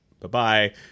bye-bye